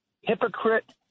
hypocrite